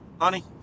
honey